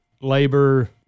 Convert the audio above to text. labor